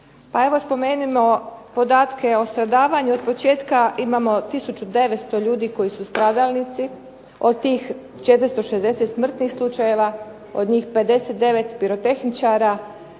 Pa evo spomenimo podatke o stradavanju od početka imamo tisuću 900 ljudi koji su stradalnici, od tih 460 su smrtnih slučajeva, od njih 59 pirotehničara.